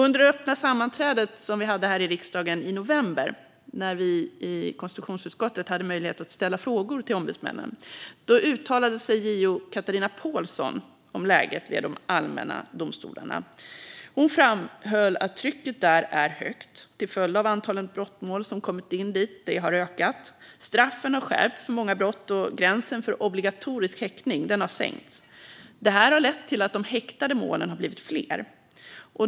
Under det öppna sammanträdet här i riksdagen i november, när vi i konstitutionsutskottet hade möjlighet att ställa frågor till ombudsmännen, uttalade sig JO Katarina Påhlsson om läget vid de allmänna domstolarna. Hon framhöll att trycket där är högt till följd av att antalet brottmål som kommer in dit har ökat, straffen har skärpts för många brott och gränsen för obligatorisk häktning har sänkts. Det här har lett till att de häktade målen blivit fler.